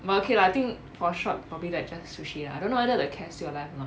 but okay lah I think for short probably like just sushi lah I don't know whether the cat still alive or not